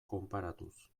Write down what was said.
konparatuz